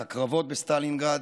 את הקרבות בסטלינגרד,